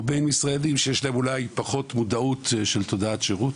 או בין ישראלים שיש להם אולי פחות מודעות של תודעת שירות.